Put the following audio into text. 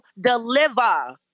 deliver